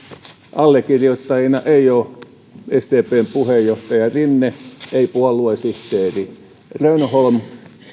allekirjoittajana ei ole sdpn puheenjohtaja rinne ei puoluesihteeri rönnholm